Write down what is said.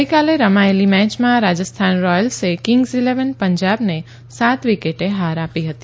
ગઈકાલે રમાયેલી મેચમાં રાજસ્થાન રોયલ્સે કિંગ્સ ઈલેવન પંજાબને સાત વિકેટે હાર આપી હતી